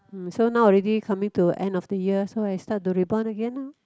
hm so now already coming to end of the year so I start to reborn again orh